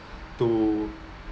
to